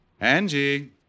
Angie